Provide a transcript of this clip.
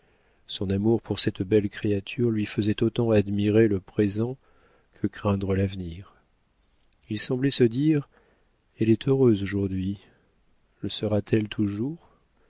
son amour pour cette belle créature lui faisait autant admirer le présent que craindre l'avenir il semblait se dire elle est heureuse aujourd'hui le sera-t-elle toujours